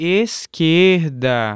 esquerda